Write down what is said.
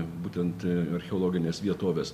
būtent archeologines vietoves